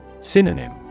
Synonym